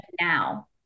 now